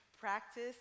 practice